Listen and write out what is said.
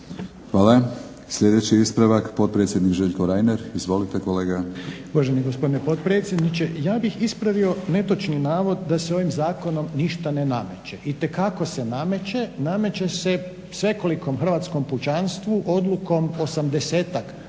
Hvala. Sljedeći ispravak, potpredsjednik Željko Reiner. Izvolite kolega. **Reiner, Željko (HDZ)** Uvaženi gospodine potpredsjedniče. Ja bih ispravio netočni navod da se ovim zakonom ništa ne nameće. Itekako se nameće, nameće se svekolikom hrvatskom pučanstvu odlukom 80-tak